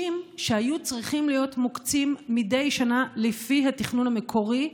מיליון שהיו צריכים להיות מוקצים מדי שנה לפי התכנון המקורי,